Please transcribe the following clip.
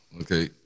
Okay